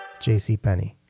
JCPenney